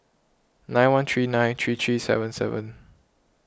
nine one three nine three three seven seven